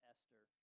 Esther